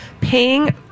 paying